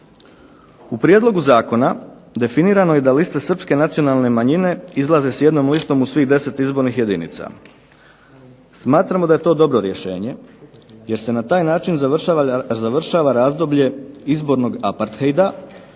U prijedlogu zakona definirano je da liste Srpske nacionalne manjine izlaze s jednom listom u svih 10 izbornih jedinica. Smatramo da je to dobro rješenje jer se na taj način završava razdoblje izbornog apartheida